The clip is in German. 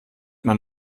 man